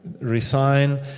resign